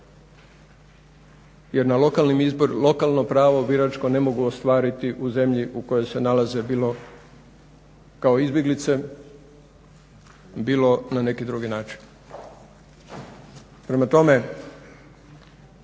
na lokalnim izborima jer lokalno pravo biračko ne mogu ostvariti u zemlji u kojoj se nalaze bilo kao izbjeglice, bilo na neki drugi način. Prema tome,